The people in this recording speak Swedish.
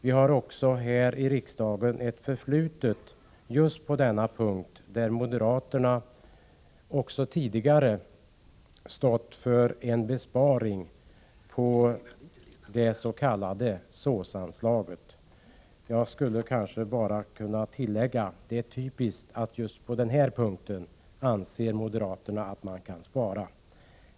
Vi har också här i riksdagen ett förflutet på just denna punkt, där moderaterna tidigare stått för en besparing när det gäller det s.k. SÅS-anslaget. Jag skulle kanske kunna tillägga att det är typiskt att moderaterna anser att man just på den här punkten kan spara.